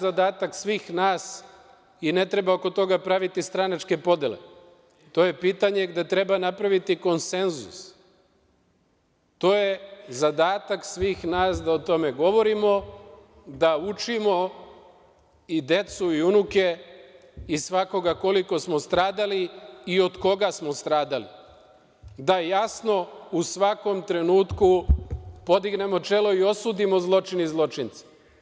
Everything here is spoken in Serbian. Zadatak svih nas, ne treba oko toga praviti stranačke podele, to je pitanje gde treba napraviti konsenzus, je da o tome govorimo, da učimo i decu i unuke i svakoga koliko smo stradali i od koga smo stradali, da jasno u svakom trenutku podignemo čelo i osudimo zločin i zločince.